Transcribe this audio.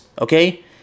Okay